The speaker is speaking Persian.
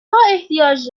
احتیاج